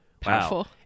Powerful